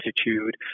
attitude